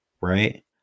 Right